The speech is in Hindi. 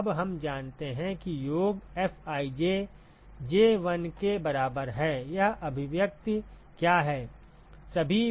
तो अब हम जानते हैं कि योग Fij J 1 के बराबर है यह अभिव्यक्ति क्या है